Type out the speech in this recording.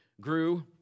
grew